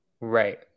Right